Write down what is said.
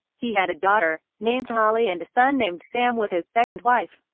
he had a daughter named holly and a son named sam with his second wife,